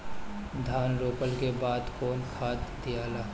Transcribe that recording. धान रोपला के बाद कौन खाद दियाला?